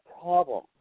problem